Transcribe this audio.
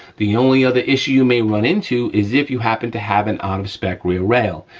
the only other issue you may run into is, if you happen to have an on the spec real rail.